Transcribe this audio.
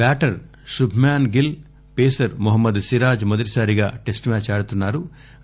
batter Shubman Gill pacer Mohammed Siraj మొదటిసారిగా test match ఆడుతున్నా రు